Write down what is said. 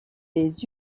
des